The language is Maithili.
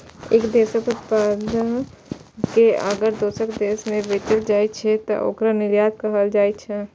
एक देशक उत्पाद कें अगर दोसर देश मे बेचल जाइ छै, तं ओकरा निर्यात कहल जाइ छै